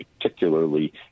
particularly